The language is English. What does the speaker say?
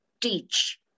teach